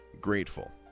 grateful